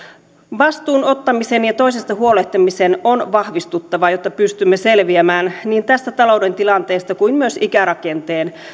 vastuun ottamisen ja toisesta huolehtimisen on vahvistuttava jotta pystymme selviämään niin tästä talouden tilanteesta kuin myös ikärakenteen